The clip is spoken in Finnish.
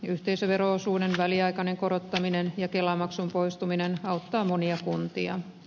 yhteisövero osuuden väliaikainen korottaminen ja kelamaksun poistuminen auttaa monia kuntia